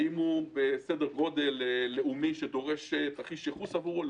האם הוא בסדר גודל לאומי שדורש תרחיש ייחוס עבורו?